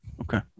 Okay